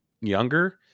younger